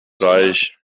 reich